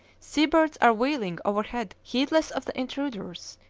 seabirds are wheeling overhead heedless of the intruders,